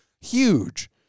huge